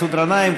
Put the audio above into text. מסעוד גנאים,